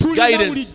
guidance